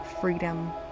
freedom